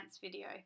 video